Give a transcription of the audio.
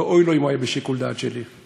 ואוי לו אם הוא היה בשיקול דעת שלי.